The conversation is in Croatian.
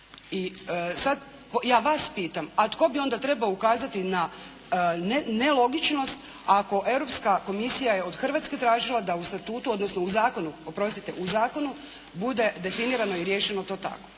i sada ja vas pitam, a tko bi onda trebao ukazati na nelogičnost ako Europska komisija je od Hrvatske tražila da u statutu, odnosno u zakonu oprostite, u zakonu bude definirano i riješeno to tako.